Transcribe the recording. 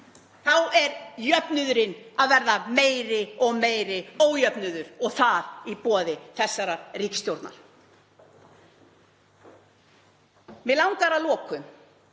er jöfnuðurinn að verða meiri og meiri ójöfnuður og það í boði þessarar ríkisstjórnar. Mig langar að lokum